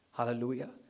Hallelujah